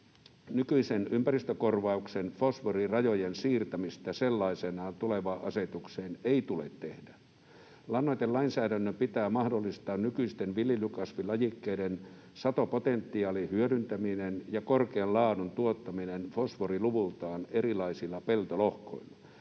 Nykyisen ympäristökorvauksen fosforirajojen siirtämistä sellaisenaan tulevaan asetukseen ei tule tehdä. Lannoitelainsäädännön pitää mahdollistaa nykyisten viljelykasvilajikkeiden satopotentiaalin hyödyntäminen ja korkean laadun tuottaminen fosforiluvultaan erilaisilla peltolohkoilla.